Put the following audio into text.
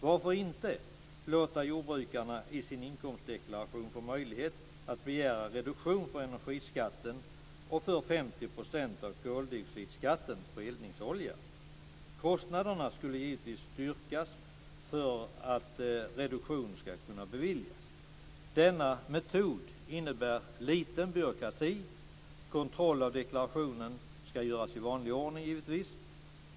Varför inte låta jordbrukarna få möjlighet att i sin inkomstdeklaration begära reduktion för energiskatten och för 50 % av koldioxidskatten på eldningsolja? Kostnaderna skulle givetvis styrkas för att reduktion ska kunna beviljas. Denna metod innebär liten byråkrati. Kontroll av deklarationen ska givetvis göras i vanlig ordning.